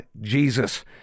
Jesus